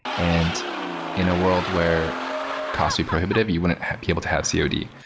and in a world where costly prohibitive, you wouldn't be able to have cod.